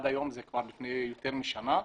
זה כבר יותר משנה,